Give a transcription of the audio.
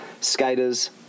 skaters